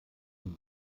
und